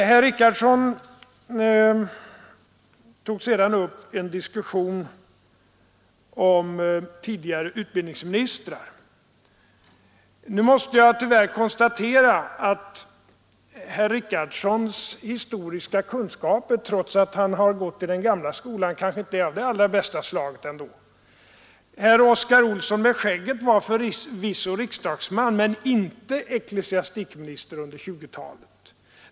Herr Richardson tog sedan upp en diskussion om tidigare utbildningsministrar. Nu måste jag tyvärr konstatera att herr Richardsons kunskaper, trots att han har gått i den gamla skolan, inte är av det allra bästa slaget ändå. Herr Oscar Olsson med skägget var förvisso riksdagsman men inte ecklesiastikminister under 1920-talet.